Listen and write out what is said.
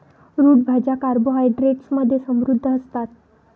route भाज्या carbohydrates मध्ये समृद्ध असतात